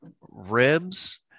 ribs